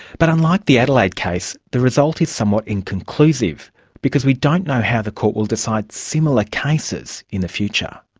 but unlike the adelaide case, the result is somewhat inconclusive because we don't know how the court will decide similar cases in the future.